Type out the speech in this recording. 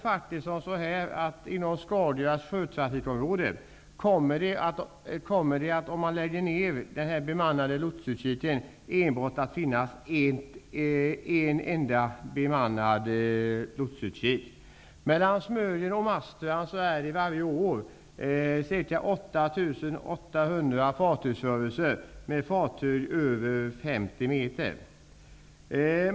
Marstrand kommer det inom Skagerraks sjötrafikområde enbart att finnas en enda bemannad lotsutkik. Mellan Smögen och Marstrand sker varje år ca 8 800 fartygsrörelser av fartyg på över 50 meter.